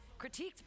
critiqued